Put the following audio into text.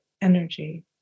energy